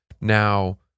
now